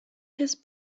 his